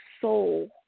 soul